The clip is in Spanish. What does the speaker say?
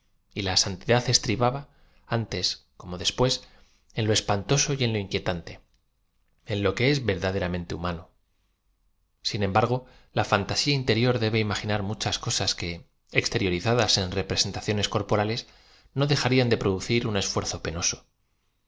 y la santidad estribaba antee como después en lo espantoso y en lo inquietante en lo que es verdaderamente humano sin embargo la fantasia interior debe imaginar muchas cosas que ex teriorizadas en representaciones corporales no dejarían de producir un esfuerzo penoso